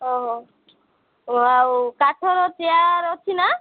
ହଁ ହଁ ହଁ ଆଉ କାଠର ଚେୟାର୍ ଅଛି ନା